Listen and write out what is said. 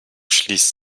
schließt